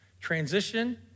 Transition